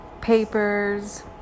papers